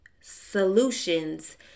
solutions